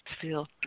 feel